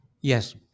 Yes